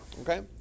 Okay